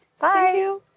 Bye